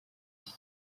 iki